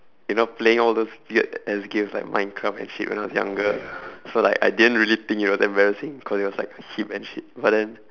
you know playing all those weird ass games like minecraft and shit when I was younger so like I didn't really think it was embarrassing because it was like hip and shit but then